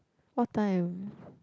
what time